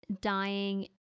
dying